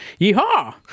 yeehaw